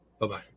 Bye-bye